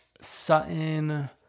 Sutton